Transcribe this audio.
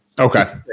Okay